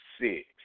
six